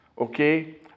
okay